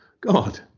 God